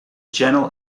channel